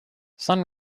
sun